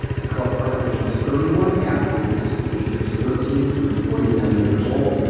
the club currently has thirty one athletes, ages thirteen through forty nine years old,